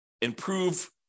improve